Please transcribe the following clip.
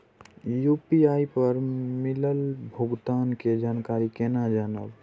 UPI पर मिलल भुगतान के जानकारी केना जानब?